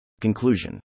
Conclusion